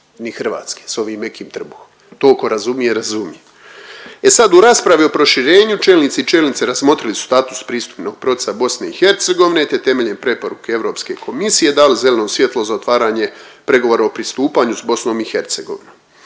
ni Hrvatske s ovim mekim trbuhom. To tko razumije razumije. E sad u raspravi o proširenju čelnici i čelnice razmotrili su status pristupnog procesa BiH te temeljem preporuke Europske komisije dali zeleno svjetlo za otvaranje pregovora o pristupanju s BiH.